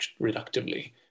reductively